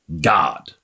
God